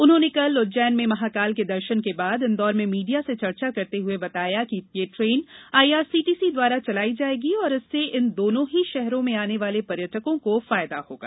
उन्होनें कल उज्जैन में महाकाल के दर्शन के बाद इंदौर में मीडिया से चर्चा करते हुए बताया कि यह ट्रेन आइआरसीटीसी द्वारा चलायी जाएगी और इससे इन दोनों ही षहरों में आने वार्ले पर्यटकों को फायदा होगा